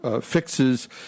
fixes